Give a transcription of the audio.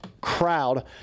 crowd